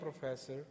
professor